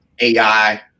AI